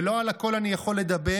ולא על הכול אני יכול לדבר.